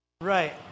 Right